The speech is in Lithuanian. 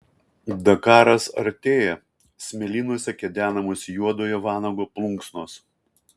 dakaras artėja smėlynuose kedenamos juodojo vanago plunksnos